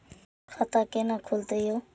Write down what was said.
खाता केना खुलतै यो